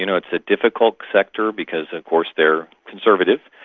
you know it's a difficult sector, because of course they're conservative,